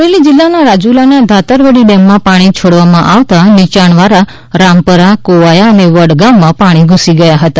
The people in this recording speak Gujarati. અમરેલી જિલ્લાના રાજુલાના ધાતરવડી ડેમમાંથી પાણી છોડવામાં આવતા નીચાણવાળા રામપરા કોવાયા અને વડ ગામમાં પાણી ધૂસી ગયા હતા